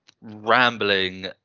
rambling